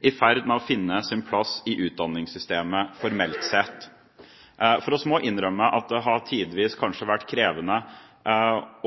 i ferd med å finne sin plass i utdanningssystemet formelt sett. For vi må innrømme at det tidvis kanskje har vært krevende